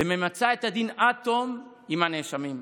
וממצה את הדין עד תום עם הנאשמים.